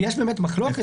ויש באמת מחלוקת,